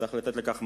וצריך לתת לכך מענה.